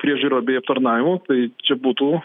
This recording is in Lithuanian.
priežiūra bei aptarnavimu tai čia būtų